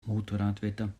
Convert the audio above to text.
motorradwetter